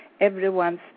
everyone's